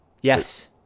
Yes